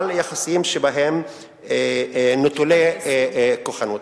יחסים נטולי כוחנות.